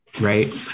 right